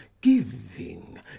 giving